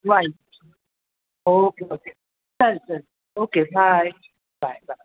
bye okay okay चल चल okay bye bye bye